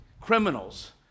criminals